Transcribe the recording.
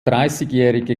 dreißigjährige